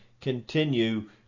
continue